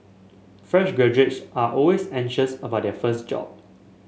fresh graduates are always anxious about their first job